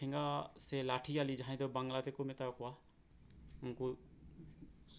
ᱪᱮᱫ ᱦᱚᱸ audio data ᱜᱮ ᱵᱟᱱᱩᱜ ᱟᱠᱟᱫᱟ